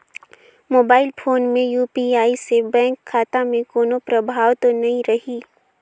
Mobile phone मे UPI से bank खाता मे कोनो प्रभाव तो नइ रही?